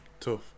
tough